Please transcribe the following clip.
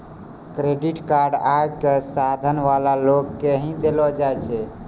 credit card आय क साधन वाला लोगो के ही दयलो जाय छै